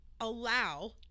allow